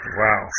wow